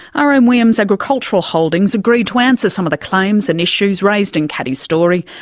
r. m. williams agricultural holdings agreed to answer some of the claims and issues raised in caddie's story,